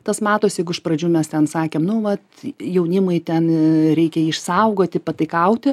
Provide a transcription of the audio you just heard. tas matosi jeigu iš pradžių mes ten sakėm nu vat jaunimui ten reikia išsaugoti pataikauti